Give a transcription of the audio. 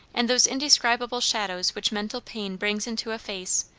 and those indescribable shadows which mental pain brings into a face,